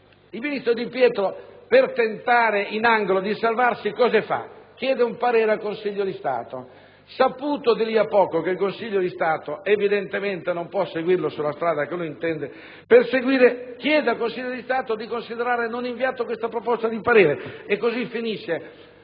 il ministro Di Pietro, per tentare di salvarsi in angolo cosa fa? Chiede un parere al Consiglio di Stato; saputo, di lì a poco, che il Consiglio di Stato evidentemente non può seguirlo sulla strada che lui intende perseguire, chiede allo stesso Consiglio di Stato di considerare non inviata la richiesta di parere e così finisce